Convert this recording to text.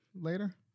later